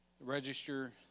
Register